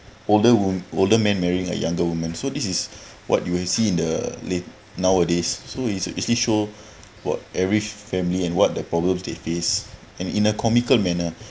older woman older man marrying a younger woman so this is what you will see in the late nowadays so it's actually show what every family and what the problems they face and in a comical manner